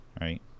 right